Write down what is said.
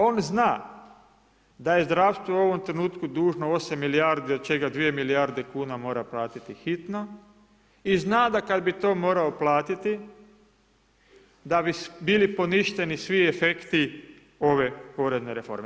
On zna da je zdravstvo u ovom trenutku dužno 8 milijardi od čega 2 milijarde kuna mora platiti hitno i zna da kad bi to morao platiti da bi bili poništeni svi efekti ove porezne reforme.